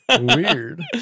Weird